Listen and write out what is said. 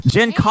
Jen